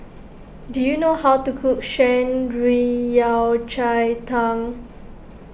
do you know how to cook Shan Rui Yao Cai Tang